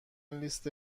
لیست